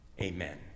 amen